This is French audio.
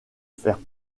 faire